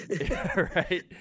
right